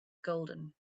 golden